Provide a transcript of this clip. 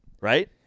Right